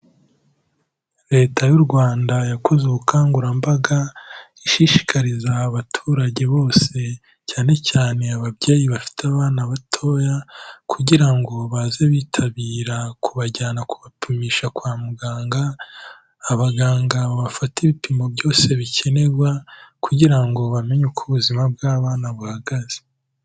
Leta y'u Rwanda yakoze ubukangurambaga, ishishikariza abaturage bose, cyane cyane ababyeyi bafite abana batoya kugira ngo baze bitabira kubajyana kubapimisha kwa muganga, abaganga babafate ibipimo byose bikenerwa kugira ngo bamenye uko ubuzima bw'abana buhagaze.